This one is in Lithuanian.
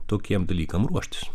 tokiem dalykam ruoštis